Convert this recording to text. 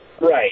right